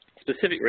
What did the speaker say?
specific